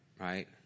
right